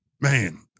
man